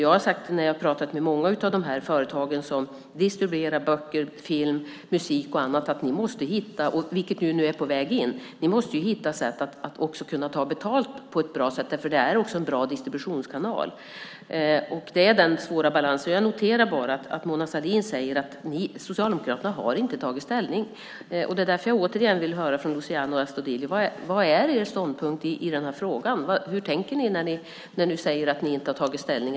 När jag har pratat med många av de företag som distribuerar böcker, film, musik och annat har jag sagt - vilket nu är på väg in - att de måste hitta sätt att kunna ta betalt på ett bra sätt, därför att det är också en bra distributionskanal. Det är en svår balans. Jag noterar bara att Mona Sahlin säger att Socialdemokraterna inte har tagit ställning. Det är därför jag återigen vill höra från Luciano Astudillo vilken er ståndpunkt är i den här frågan. Hur tänker ni när ni säger att ni inte har tagit ställning?